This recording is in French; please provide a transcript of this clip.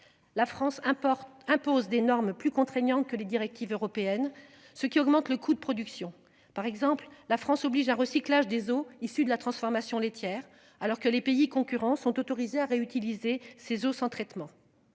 La France importe impose des normes plus contraignantes que les directives européennes, ce qui augmente le coût de production par exemple la France oblige à recyclage des eaux issues de la transformation laitière alors que les pays concurrents sont autorisés à réutiliser ces eaux sans traitement.